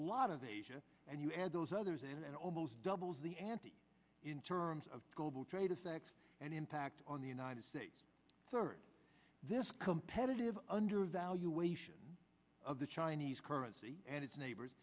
lot of asia and you add those others and almost doubles the ante in terms of global trade effect and impact on the united states third this competitive undervaluation of the chinese currency and its neighbors